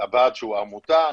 ועד שהוא עמותה,